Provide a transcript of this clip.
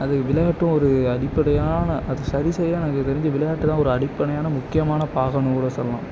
அது விளையாட்டும் ஒரு அடிப்படையான அது சரி செய்ய எனக்கு தெரிந்து விளையாட்டு தான் ஒரு அடிப்படையான முக்கியமான பாகன்னு கூட சொல்லலாம்